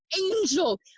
angel